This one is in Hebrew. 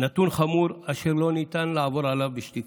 נתון חמור אשר לא ניתן לעבור עליו בשתיקה.